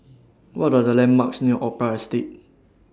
What Are The landmarks near Opera Estate